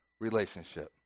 relationship